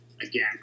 again